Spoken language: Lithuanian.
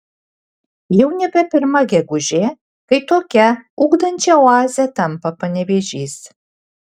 jau nebe pirma gegužė kai tokia ugdančia oaze tampa panevėžys